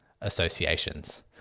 associations